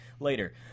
Later